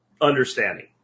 understanding